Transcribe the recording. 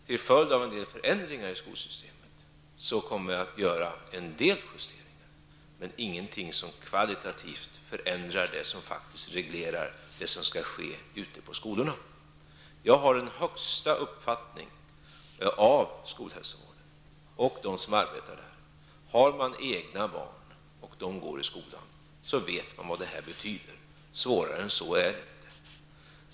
Till följd av en del förändringar i skolsystemet kommer jag att göra en del justeringar, men ingenting som kvalitativt förändrar det som faktiskt reglerar det som skall ske ute i skolorna. Jag har mycket höga tankar om skolhälsovården och om dem som arbetar med den. Har man egna barn som går i skolan vet man vad det här betyder. Svårare än så är det inte.